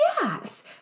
Yes